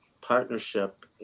partnership